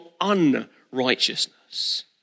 unrighteousness